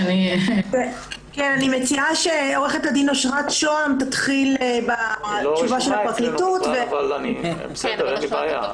אני מציעה שעורכת הדין אושרת שוהם תתחיל בתשובה של הפרקליטות ואני אשלים